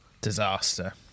disaster